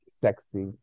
Sexy